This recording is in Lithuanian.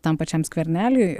tam pačiam skverneliui